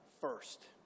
first